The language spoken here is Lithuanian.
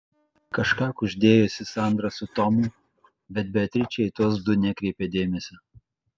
kažką kuždėjosi sandra su tomu bet beatričė į tuos du nekreipė dėmesio